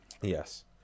yes